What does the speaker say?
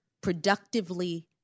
productively